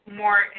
more